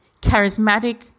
charismatic